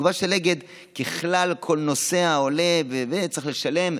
התגובה של אגד: ככלל, כל נוסע שעולה, צריך לשלם.